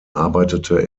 arbeitete